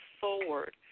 forward